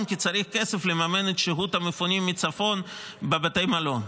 כי צריך כסף לממן את שהות המפונים מהצפון בבתי מלון,